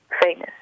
famous